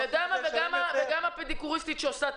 וגם הפדיקוריסטית שעובדת